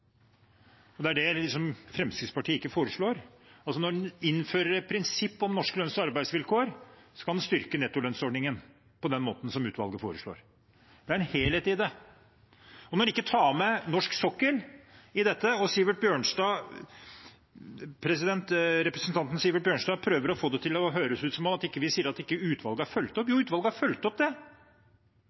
det er det Fremskrittspartiet ikke foreslår. Når en innfører et prinsipp om norske lønns- og arbeidsvilkår, kan en styrke nettolønnsordningen på den måten som utvalget foreslår. Det er en helhet i det. Når en ikke tar med norsk sokkel, og representanten Sivert Bjørnstad prøver å få det til å høres ut som at vi sier at ikke utvalget har fulgt opp: Jo, utvalget har fulgt opp, men det